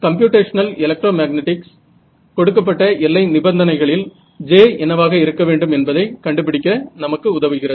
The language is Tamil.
கம்ப்யூடேஷனல் எலெக்ட்ரோ மேக்னெட்டிக்ஸ் கொடுக்கப்பட்ட எல்லை நிபந்தனைகளில் J என்னவாக இருக்க வேண்டும் என்பதை கண்டுபிடிக்க நமக்கு உதவுகிறது